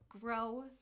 grow